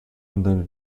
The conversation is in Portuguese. andando